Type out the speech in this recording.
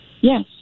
Yes